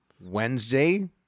Wednesday